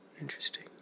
Interesting